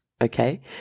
okay